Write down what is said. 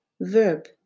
verb